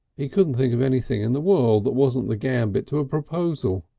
he couldn't think of anything in the world that wasn't the gambit to a proposal.